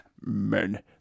men